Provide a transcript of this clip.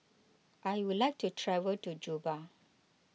I would like to travel to Juba